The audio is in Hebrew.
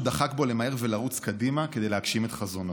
משהו דחק בו למהר ולרוץ קדימה כדי להגשים את חזונו.